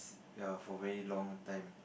ya for very long time